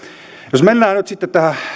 jos mennään nyt sitten tähän